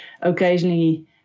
occasionally